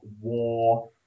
war